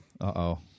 Uh-oh